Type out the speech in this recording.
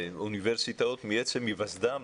אוניברסיטאות מעצם היווסדן,